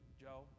Joe